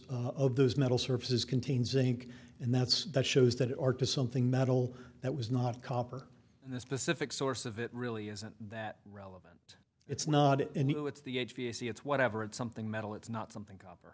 of those metal surfaces contains zinc and that's that shows that are to something metal that was not copper in the specific source of it really isn't that relevant it's not and you know it's the v s e it's whatever it's something metal it's not something copper